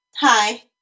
Hi